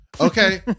Okay